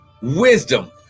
Wisdom